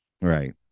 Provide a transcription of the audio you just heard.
right